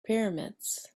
pyramids